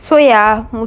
so ya